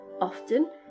Often